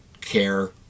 care